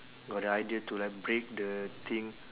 got the idea to like break the thing